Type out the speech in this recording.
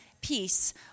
peace